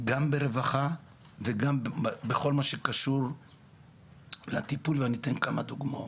גם ברווחה וגם בכל מה שקשור לטיפול ואני אתן כמה דוגמאות.